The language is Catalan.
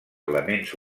elements